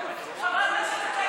חברת הכנסת,